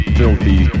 filthy